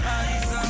eyes